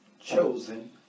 chosen